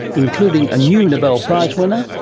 including a new nobel prize winner,